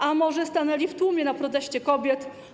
A może stanęli w tłumie na proteście kobiet.